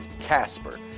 Casper